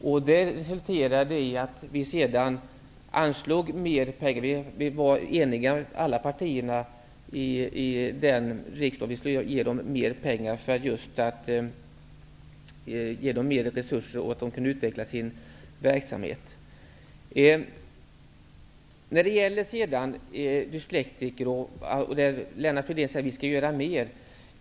Besöket resulterade i att alla partier var eniga om att anslå mer pengar, för att de skulle få bättre resurser att utveckla sin verksamhet. Lennart Fridén säger att vi skall göra mer för dyslektiker.